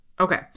Okay